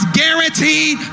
guaranteed